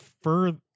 further